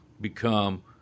become